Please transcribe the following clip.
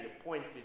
appointed